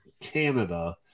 Canada